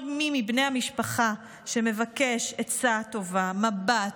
כל מי מבני המשפחה שמבקש עצה טובה, מבט,